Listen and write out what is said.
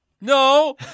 no